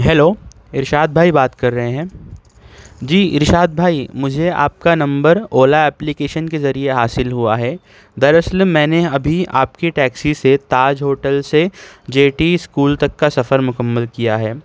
hello Irshad بھائی بات کر رہے ہیں جی ارشاد بھائی مجھے آپ کا نمبر اولا اپلیکیشن کے ذریعے حاصل ہوا ہے در اصل میں نے ابھی آپ کی ٹیکسی سے تاج ہوٹل سے جے ٹی اسکول تک کا سفر مکمل کیا ہے